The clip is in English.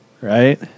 Right